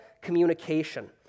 communication